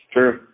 True